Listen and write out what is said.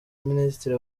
ministre